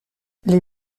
les